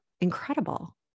incredible